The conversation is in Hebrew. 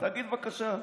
תגיד בבקשה.